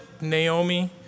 Naomi